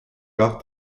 gach